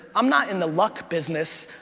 i'm not in the luck business,